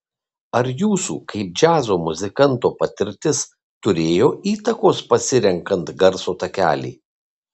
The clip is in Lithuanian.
ar jūsų kaip džiazo muzikanto patirtis turėjo įtakos pasirenkant garso takelį